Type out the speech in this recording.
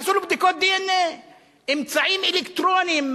עשו לו בדיקות DNA. אמצעים אלקטרוניים,